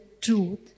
truth